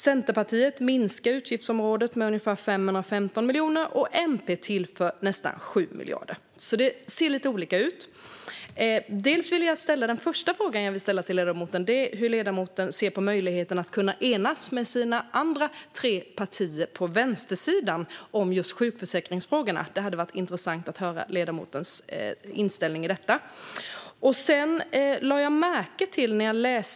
Centerpartiet minskar utgiftsområdet med ungefär 515 miljoner, och MP tillför nästan 7 miljarder. Det ser alltså lite olika ut. Den första frågan jag vill ställa är hur ledamoten ser på möjligheten att enas med de andra tre partierna på vänstersidan om just sjukförsäkringsfrågorna. Det skulle vara intressant att höra ledamotens inställning i den frågan. Ledamoten talade ju om karensen.